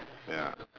ya